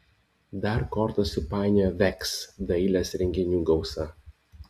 dar kortas supainiojo veks dailės renginių gausa